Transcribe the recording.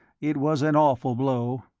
it was an awful blow.